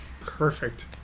Perfect